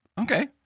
Okay